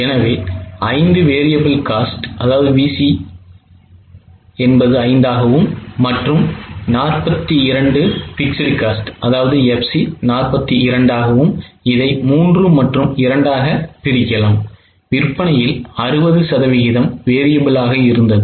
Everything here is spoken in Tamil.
எனவே 5 VC மற்றும் 42 FC இதை 3 மற்றும் 2 ஆக பிரிக்கலாம் விற்பனையில் 60 சதவீதம் variable ஆக இருந்தது